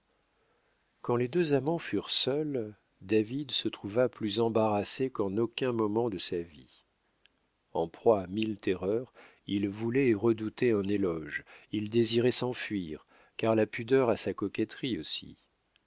quand les deux amants furent seuls david se trouva plus embarrassé qu'en aucun moment de sa vie en proie à mille terreurs il voulait et redoutait un éloge il désirait s'enfuir car la pudeur a sa coquetterie aussi